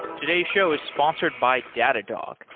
today's show is sponsored by datadog,